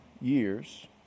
years